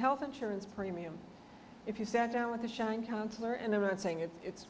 health insurance premium if you sat down with the shine counselor and the right saying it's